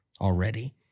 already